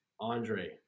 andre